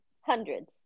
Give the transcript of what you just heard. hundreds